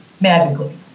magically